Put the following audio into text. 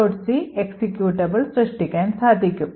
c executable സൃഷ്ടിക്കാൻ സാധിക്കും